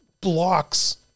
blocks